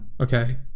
Okay